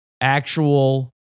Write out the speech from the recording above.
actual